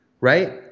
right